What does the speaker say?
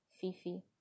Fifi